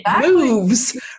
moves